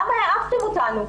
לא העפתם אותנו?